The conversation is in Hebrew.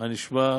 מה נשמע?